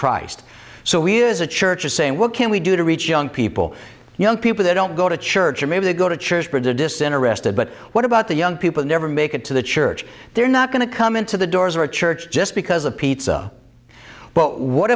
christ so we as a church are saying what can we do to reach young people young people they don't go to church or maybe they go to church prejudicing arrested but what about the young people never make it to the church they're not going to come into the doors or a church just because of pizza well what